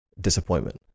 disappointment